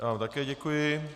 Já vám také děkuji.